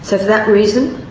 so for that reason,